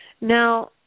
Now